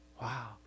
Wow